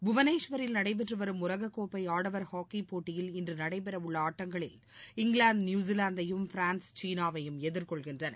புவனேஸ்வரில் நடைபெற்று வரும் உலக கோப்பை ஆடவர் ஹாக்கி போட்டியில் இன்று நடைபெறவுள்ள ஆட்டங்களில் இங்கிலாந்து நியுசிலாந்தையும் பிரான்ஸ் சீனாவையும் எதிர்கொள்கின்றன